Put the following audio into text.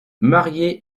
marié